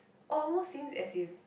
almost seems as if